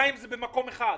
200 זה במקום אחד.